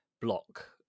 block